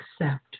accept